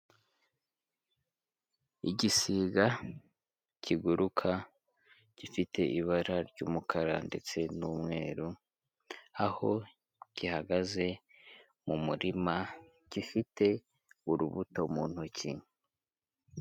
Igisiga kiguruka gifite ibara ry'umukara ndetse n'umweru, aho gihagaze mu murima gifite urubuto mu ntoki.